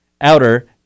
outer